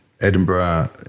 Edinburgh